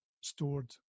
stored